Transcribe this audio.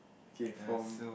okay for